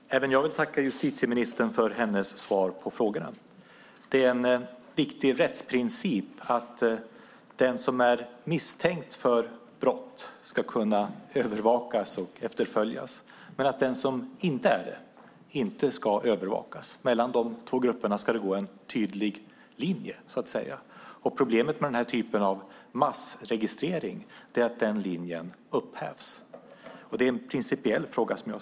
Fru talman! Även jag vill tacka justitieministern för hennes svar på frågorna. Det är en viktig rättsprincip att den som är misstänkt för brott ska kunna övervakas och efterföljas medan den som inte är det inte ska övervakas. Mellan dessa två grupper ska det gå en tydlig linje. Problemet med denna typ av massregistrering är att linjen upphävs. Det är som jag ser det en principiell fråga.